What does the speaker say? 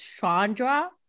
Chandra